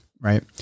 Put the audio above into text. right